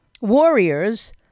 warriors